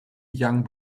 young